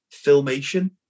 Filmation